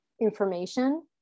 information